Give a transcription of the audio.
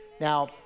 Now